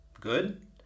good